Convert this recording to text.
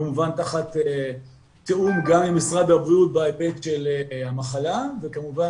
כמובן תחת תיאום גם עם משרד הבריאות בהיבט של המחלה וכמובן